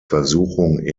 versuchung